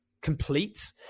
complete